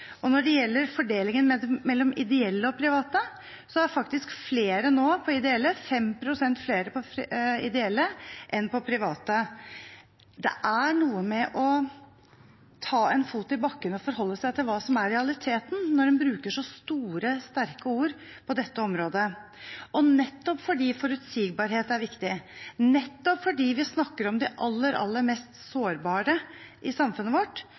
Når det gjelder fordelingen mellom ideelle og private, er faktisk flere nå på ideelle – 5 pst. flere – enn på private. Det er noe med å sette en fot i bakken og forholde seg til hva som er realiteten, når en bruker så store og sterke ord om dette området. Nettopp fordi vi snakker om de aller, aller mest sårbare i samfunnet vårt,